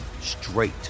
straight